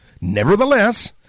Nevertheless